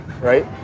right